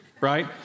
right